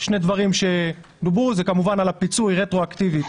שני דברים שדוברו זה כמובן על הפיצוי רטרואקטיבית